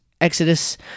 Exodus